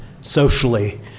socially